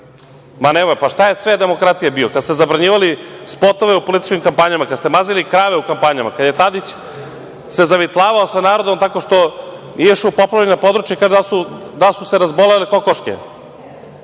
Ma nemoj, pa šta je cvet demokratije bio? Kada ste zabranjivali spotove u političkim kampanjama, kada ste mazili krave u kampanjama, kada se Tadić zavitlavao sa narodom tako što je išao u poplavljena područja, da su se razbolele kokoške,